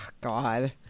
God